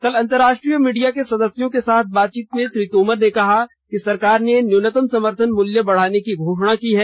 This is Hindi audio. कल अंतर्राष्ट्रीय मीडिया के सदस्यों के साथ बातचीत में श्री तोमर ने कहा कि सरकार ने न्यूनतम समर्थन मूल्य बढ़ाने की घोषणा की है